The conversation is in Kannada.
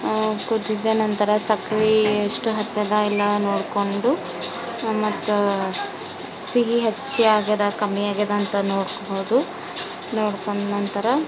ಕುದಿದ ನಂತರ ಸಕ್ರೆ ಎಷ್ಟು ಹತ್ಯದ ಇಲ್ಲ ನೋಡಿಕೊಂಡು ಮತ್ತು ಸಿಹಿ ಹೆಚ್ಚಾಗ್ಯದಾ ಕಮ್ಮಿಯಾಗ್ಯದಾ ಅಂತ ನೋಡ್ಕೋದು ನೋಡ್ಕೊಂಡ್ ನಂತರ